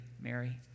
Mary